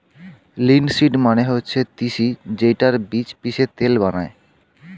linseed মানে হচ্ছে তিসি যেইটার বীজ পিষে তেল বানায়